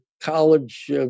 college